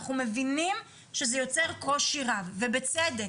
אנחנו מבינים שזה יוצר קושי רב, ובצדק.